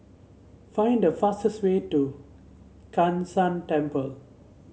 find the fastest way to Kai San Temple